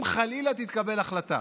אם, חלילה, תתקבל החלטה